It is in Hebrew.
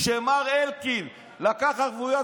כשמר אלקין לקח ערבויות,